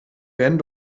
werden